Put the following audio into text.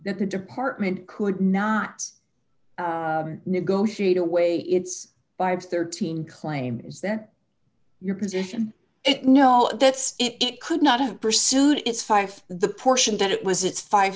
as the department could not negotiate away its vibes thirteen claims that your position it no that's it could not have pursued it's five the portion that it was it's five